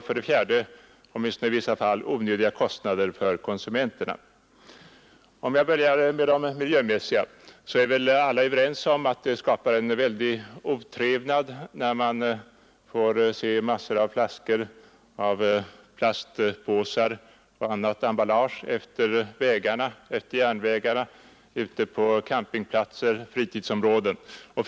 För det fjärde — åtminstone i vissa fall — de onödiga kostnader som uppstår för konsumenterna. För att börja med de miljömässiga problemen är väl alla överens om att anblicken av massor av bortslängda flaskor, plastpåsar och annat förbrukat emballage längs våra vägar och järnvägar, ute på våra campingplatser och i våra fritidsområden skapar otrevnad.